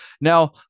Now